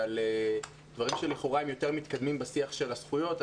ועל דברים שלכאורה יותר מתקדמים בשיח של הזכויות,